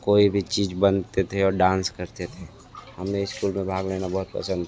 कोई भी चीज़ बनाते थे और डांस करते थे हमें इस्कूल में भाग लेना बहुत पसंद है